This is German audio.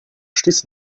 stieß